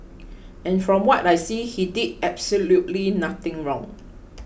and from what I see he did absolutely nothing wrong